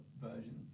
version